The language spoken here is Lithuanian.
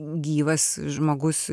gyvas žmogus